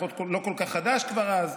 לא כל כך חדש כבר אז,